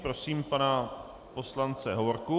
Prosím pana poslance Hovorku.